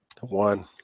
One